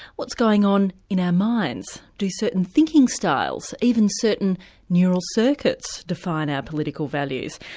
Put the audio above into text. what's going on in our minds. do certain thinking styles, even certain neural circuits define our political values?